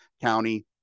County